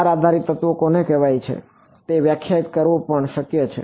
ધાર આધારિત તત્વો કોને કહેવાય છે તે વ્યાખ્યાયિત કરવું પણ શક્ય છે